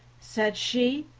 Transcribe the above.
said she,